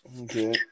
Okay